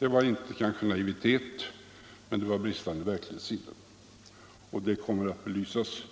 Man kanske inte skall tala om naivitet utan om bristande verklighetssinne, och det kommer alldeles uppenbarligen att belysas